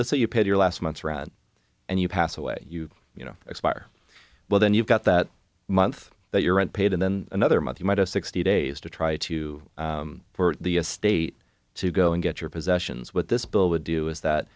say you paid your last month's rent and you pass away you you know expire well then you've got that month that your rent paid then another month you might have sixty days to try to for the estate to go and get your possessions what this bill would do is that